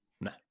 no